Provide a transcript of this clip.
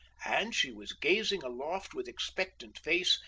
and she was gazing aloft with expectant face,